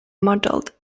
modelled